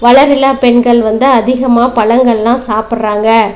வளர் இளம் பெண்கள் வந்து அதிகமாக பழங்களெலாம் சாப்படுறாங்க